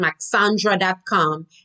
maxandra.com